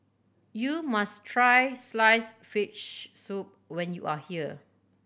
you must try sliced fish soup when you are here